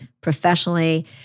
professionally